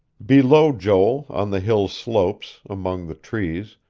below joel, on the hill's slopes, among the trees,